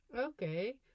Okay